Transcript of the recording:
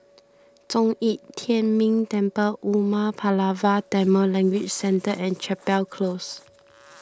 Zhong Yi Tian Ming Temple Umar Pulavar Tamil Language Centre and Chapel Close